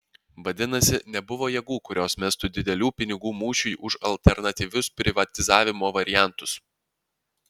vadinasi nebuvo jėgų kurios mestų didelių pinigų mūšiui už alternatyvius privatizavimo variantus